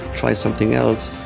try something else,